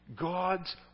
God's